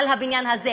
על הבניין הזה,